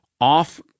off